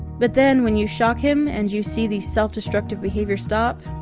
but then when you shock him and you see the self-destructive behavior stop,